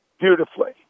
beautifully